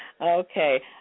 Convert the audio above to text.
Okay